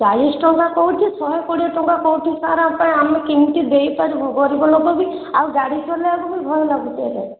ଚାଳିଶ ଟଙ୍କା କେଉଁଠି ଶହେ କୋଡ଼ିଏ ଟଙ୍କା କେଉଁଠି ସାର୍ ଆମେ କିମିତି ଦେଇପାରିବୁ ଗରିବ ଲୋକ ବି ଆଉ ଗାଡ଼ି ଚଲାଇବାକୁ ବି ଭୟ ଲାଗୁଛି ଏବେ